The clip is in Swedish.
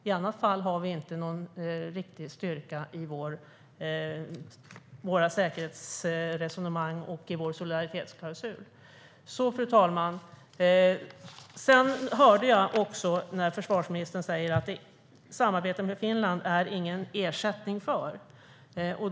I annat fall har vi inte någon riktig styrka i våra säkerhetsresonemang och i vår solidaritetsklausul. Jag hörde försvarsministern säga att samarbetet med Finland inte är något substitut.